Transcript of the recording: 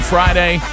Friday